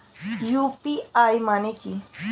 UPI মানে কি?